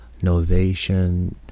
Novation